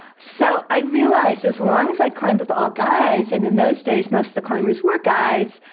so i realized as long as i climbed with all guys, and in those days most of the climbers were guys,